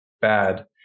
bad